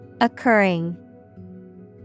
Occurring